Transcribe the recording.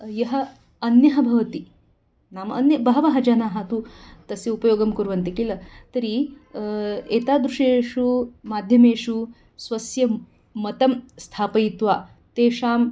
यः अन्यः भवति नाम अन्य बहवः जनाः तु तस्य उपयोगं कुर्वन्ति किल तर्हि एतादृशेषु माध्यमेषु स्वस्य मतं स्थापयित्वा तेषां